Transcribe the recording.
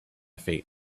feet